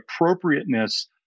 appropriateness